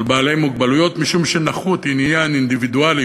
"בעלי מוגבלויות" משום שנכות היא עניין אינדיבידואלי,